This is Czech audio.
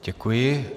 Děkuji.